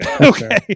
Okay